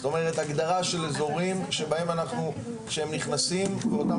זאת אומרת הגדרה של אזורים שהם נכנסים ואותם